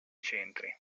centri